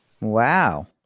Wow